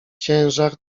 ciężar